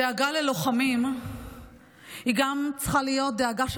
דאגה ללוחמים גם צריכה להיות דאגה של